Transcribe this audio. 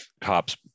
cops